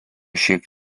šiek